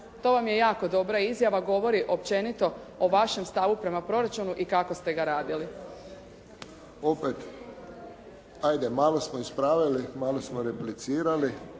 To vam je jako dobra izjava, govori općenito o vašem stavu prema proračunu i kako ste ga radili. **Friščić, Josip (HSS)** Opet. Ajde malo smo ispravili, malo smo replicirali.